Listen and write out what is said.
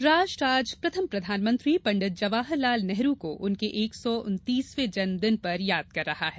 बाल दिवस राष्ट्र आज प्रथम प्रधानमंत्री पंडित जवाहरलाल नेहरू को उनके एक सौ उन्तीसवें जन्मदिन पर याद कर रहा है